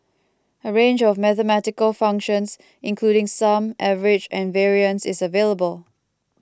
a range of mathematical functions including sum average and variance is available